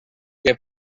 que